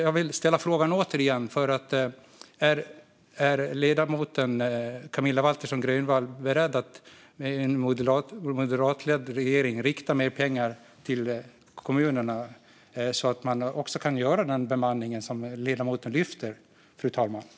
Jag vill ställa frågan återigen: Är ledamoten Camilla Waltersson Grönvall beredd att i en moderatledd regering rikta mer pengar till kommunerna så att man också kan få till den bemanning som ledamoten lyfter behovet av?